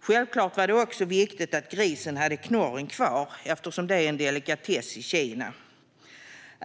Självklart var det också viktigt att grisen hade knorren kvar, eftersom det är en delikatess i Kina.